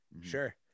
Sure